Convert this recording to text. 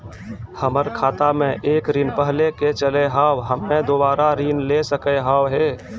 हमर खाता मे एक ऋण पहले के चले हाव हम्मे दोबारा ऋण ले सके हाव हे?